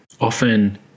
often